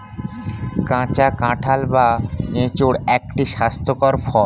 কাঁচা কাঁঠাল বা এঁচোড় একটি স্বাস্থ্যকর ফল